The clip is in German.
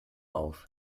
auf